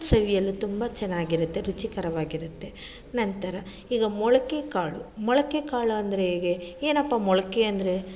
ಸವಿಯಲು ತುಂಬ ಚೆನ್ನಾಗಿರುತ್ತೆ ರುಚಿಕರವಾಗಿರುತ್ತೆ ನಂತರ ಈಗ ಮೊಳಕೆ ಕಾಳು ಮೊಳಕೆ ಕಾಳೆಂದ್ರೆ ಹೇಗೆ ಏನಪ್ಪ ಮೊಳಕೆ ಅಂದರೆ